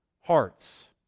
hearts